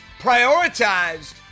prioritized